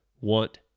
want